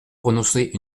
prononcer